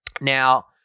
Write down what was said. Now